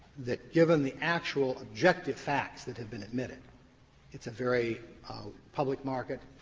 that, given the actual objective facts that have been admitted it's a very public market,